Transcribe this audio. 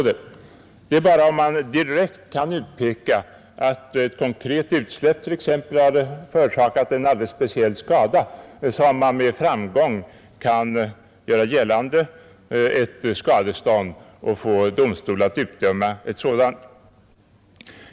Det är bara om man direkt kan utpeka att ett konkret utsläpp har förorsakat en alldeles speciell skada som man med framgång kan göra anspråk på skadestånd och få domstol att utdöma ett sådant.